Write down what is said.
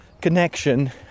connection